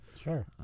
Sure